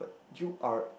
you are